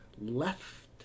left